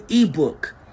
ebook